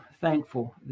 thankful